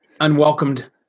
unwelcomed